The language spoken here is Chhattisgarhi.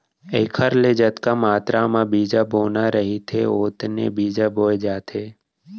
एखर ले जतका मातरा म बीजा बोना रहिथे ओतने बीजा बोए जाथे